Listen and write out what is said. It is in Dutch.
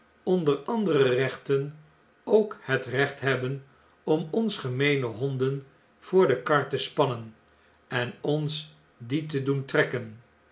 onder andere rechten ook het recht hebben om ons gemeene honden voor de kar te spannen en ons die te doen trekken